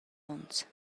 onns